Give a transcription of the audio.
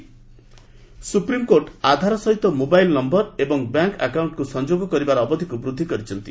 supreme court Aadhaar supreme court Aadhaar ସହିତ mobile number ଏବଂ bank ଆକାଉଣ୍ଟକୁ ସଂଯୋଗ କରିବାର ଅବଧିକୁ ବୃଦ୍ଧି କରିଛନ୍ତି